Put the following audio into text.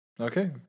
Okay